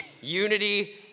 Unity